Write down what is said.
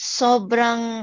sobrang